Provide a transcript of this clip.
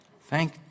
Thank